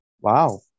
Wow